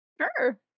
Sure